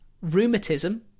rheumatism